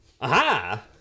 Aha